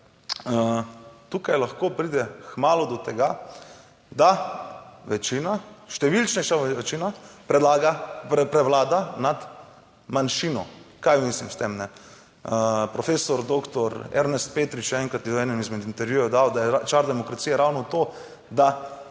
Tukaj lahko pride kmalu do tega, da večina, številčnejša večina, predlaga, prevlada nad manjšino. Kaj mislim s tem kajne? Profesor doktor Ernest Petrič je enkrat v enem izmed intervjujev dal(?), da je čar demokracije ravno to, da